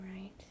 right